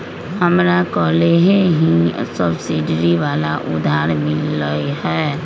हमरा कलेह ही सब्सिडी वाला उधार मिल लय है